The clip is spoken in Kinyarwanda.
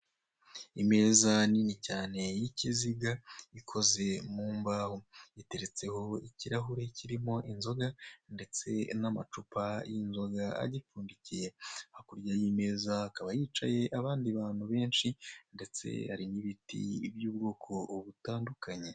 Imeza nini cyane y'ikiziga ikoze mu mbaho iteretseho ikirahure kirimo inzoga ndetse n'amacupa y'inzoga agipfundikiye hakurya y'imeza hakaba hicaye abandi bantu benshi ndetse hari n'ibiti by'ubwoko butandukanye.